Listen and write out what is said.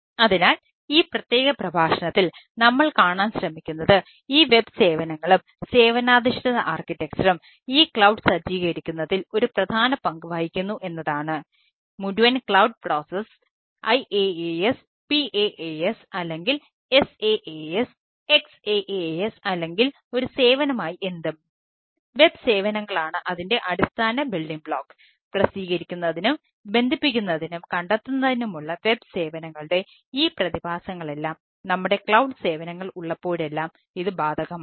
അതിനാൽ ഈ പ്രത്യേക പ്രഭാഷണത്തിൽ നമ്മൾ കാണാൻ ശ്രമിക്കുന്നത് ഈ വെബ് സേവനങ്ങൾ ഉള്ളപ്പോഴെല്ലാം ഇത് ബാധകമാണ്